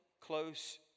close